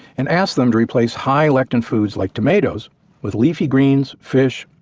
and asked them to replace high lectin foods like tomatoes with leafy greens, fish,